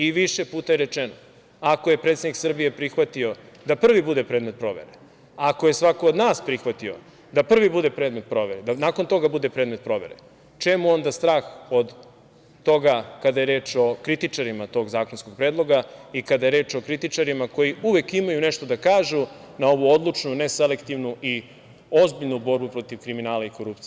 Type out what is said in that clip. Više puta je rečeno – ako je predsednik Srbije prihvatio da prvi bude predmet provere, ako je svako od nas prihvatio da prvi bude predmet provere, da nakon toga bude predmet provere, čemu onda strah od toga kada je reč o kritičarima tog zakonskog predloga i kada je reč o kritičarima koji uvek imaju nešto da kažu na ovu odlučnu, neselektivnu i ozbiljnu borbu protiv kriminala i korupcije.